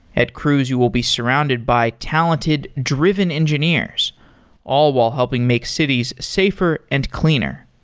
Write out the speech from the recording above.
at cruise you will be surrounded by talented, driven engineers all while helping make cities safer and cleaner.